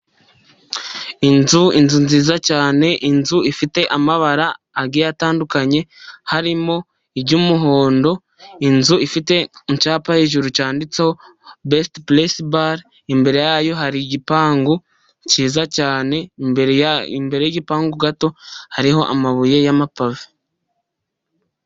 Inzu inzu nziza cyane, inzu ifite amabara agiye atandukanye harimo iry'umuhondo, inzu ifite icyapa hejuru cyanditseho besiti pulesibare imbere yayo hari igipangu cyiza cyane, imbere ya imbere y'igipangu gato hariho amabuye y'amapave.